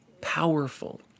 powerful